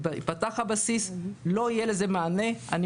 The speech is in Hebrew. אם לא יהיה לזה מענה כשייפתח הבסיס,